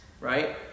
right